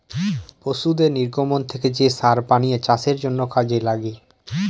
পশুদের নির্গমন থেকে যে সার বানিয়ে চাষের জন্য কাজে লাগে